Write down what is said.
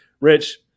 Rich